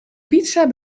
pizza